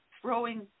throwing